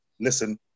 Listen